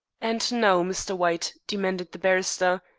and now, mr. white, demanded the barrister,